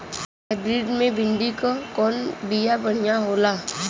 Hybrid मे भिंडी क कवन बिया बढ़ियां होला?